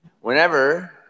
whenever